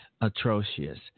atrocious